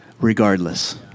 regardless